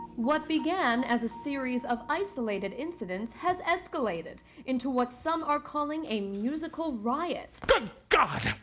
what began as a series of isolated incidents has escalated into what some are calling a musical riot. good god!